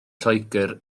lloegr